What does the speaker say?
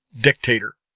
dictator